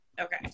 Okay